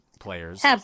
players